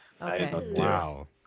Wow